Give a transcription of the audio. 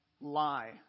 lie